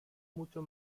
mucho